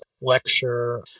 lecture